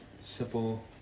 simple